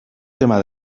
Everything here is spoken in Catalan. tema